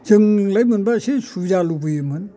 जोंलाय मोनबा इसे सुबिदा लुबैयोमोन